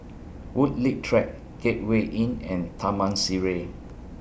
Woodleigh Track Gateway Inn and Taman Sireh